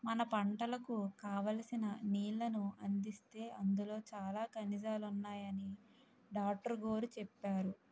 మన పంటలకు కావాల్సిన నీళ్ళను అందిస్తే అందులో చాలా ఖనిజాలున్నాయని డాట్రుగోరు చెప్పేరు